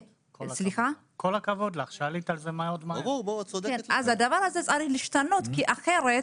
הדבר הזה צריך להשתנות כי אחרת